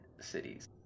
cities